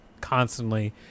constantly